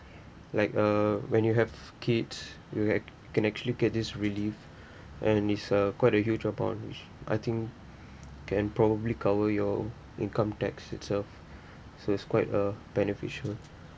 like uh when you have kids you can can actually get this relief and is a quite a huge amount which I think can probably cover your income tax itself so it's quite a beneficial